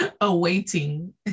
awaiting